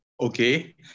Okay